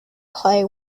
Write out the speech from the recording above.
clay